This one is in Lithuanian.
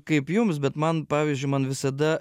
kaip jums bet man pavyzdžiui man visada